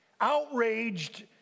Outraged